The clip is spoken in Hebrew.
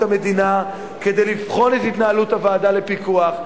המדינה כדי לבחון את התנהלות הוועדה לפיקוח,